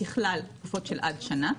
יש פה את בקשת יושב-ראש ועדת הכספים,